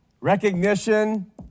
Recognition